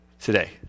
today